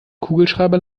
kugelschreiber